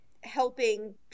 helping